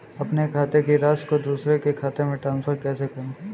अपने खाते की राशि को दूसरे के खाते में ट्रांसफर कैसे करूँ?